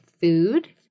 food